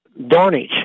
Darnage